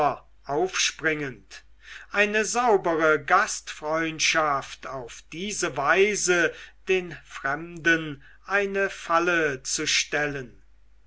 aufspringend eine saubere gastfreundschaft auf diese weise den fremden eine falle zu stellen